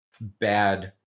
bad